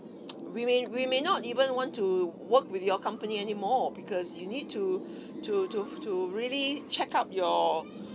we may we may not even want to work with your company anymore because you need to to to to really check up your